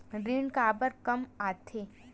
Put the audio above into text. ऋण काबर कम आथे?